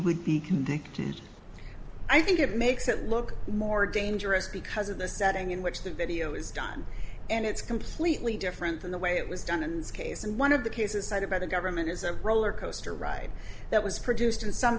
would be convicted i think it makes it look more dangerous because of the setting in which the video is done and it's completely different than the way it was done in this case and one of the cases cited by the government is a roller coaster ride that was produced in some